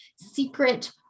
secret